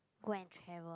go and travel